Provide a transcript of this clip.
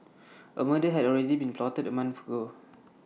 A murder had already been plotted A month ago